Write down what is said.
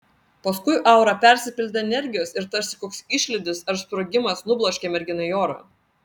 paskui aura persipildė energijos ir tarsi koks išlydis ar sprogimas nubloškė merginą į orą